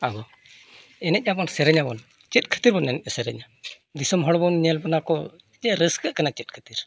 ᱟᱵᱚ ᱮᱱᱮᱡ ᱟᱵᱚᱱ ᱥᱮᱨᱮᱧᱟᱵᱚᱱ ᱪᱮᱫ ᱠᱷᱟᱹᱛᱤᱨ ᱵᱚᱱ ᱮᱱᱮᱡᱼᱥᱮᱨᱮᱧᱟ ᱫᱤᱥᱚᱢ ᱦᱚᱲ ᱵᱚᱱ ᱧᱮᱞ ᱵᱚᱱᱟ ᱠᱚ ᱪᱮᱫ ᱨᱟᱹᱥᱠᱟᱹᱜ ᱠᱟᱱᱟ ᱪᱮᱫ ᱠᱷᱟᱹᱛᱤᱨ